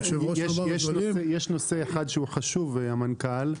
יש נושא אחד חשוב, המנכ"ל.